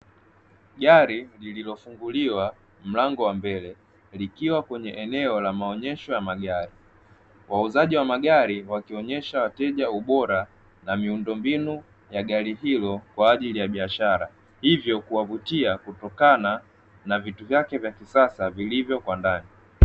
Gari lililofunguliwa mlango wa mbele likiwa kwenye eneo la maonyesho ya magari. Wauzaji wa magari wakionyesha wateja ubora na miundombinu ya gari hilo kwa ajili ya biashara, hivyo kuwavutia kutokana na vitu vyake vya kisasa vilivyo kwa ndani.